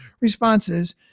responses